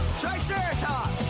Triceratops